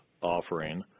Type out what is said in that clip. offering